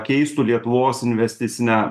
keistų lietuvos investicinę